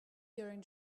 during